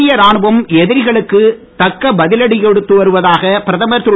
இந்திய ராணுவம் எதிரிகளுக்கு தக்க பதிலடி கொடுத்து வருவதாக பிரதமர் திரு